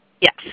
Yes